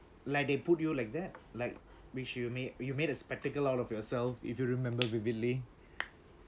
like they put you like that like which you made you made a spectacle out of yourself if you remember vividly